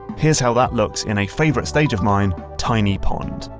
here's how that looks in a favourite stage of mine tiny pond.